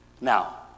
Now